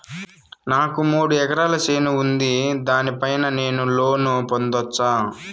నాకు మూడు ఎకరాలు చేను ఉంది, దాని పైన నేను లోను పొందొచ్చా?